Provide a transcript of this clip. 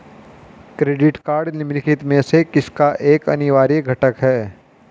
Credit card निम्नलिखित में से किसका एक अनिवार्य घटक है?